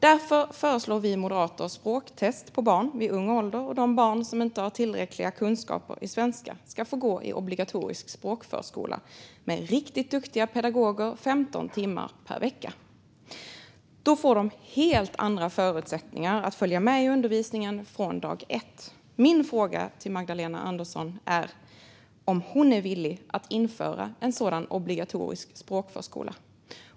Därför föreslår vi moderater språktest för barn i ung ålder och att de barn som inte har tillräckliga kunskaper i svenska ska få gå i obligatorisk språkförskola med riktigt duktiga pedagoger 15 timmar per vecka. Då får de helt andra förutsättningar att följa med i undervisningen från dag ett. Min fråga till Magdalena Andersson är om hon är villig att införa en sådan obligatorisk språkförskola.